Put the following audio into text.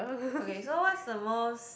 okay so what's the most